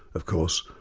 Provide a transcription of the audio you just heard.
of course,